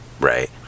right